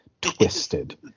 twisted